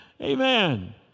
Amen